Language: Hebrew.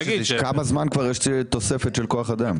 כמה זמן כבר יש תוספת של כוח אדם?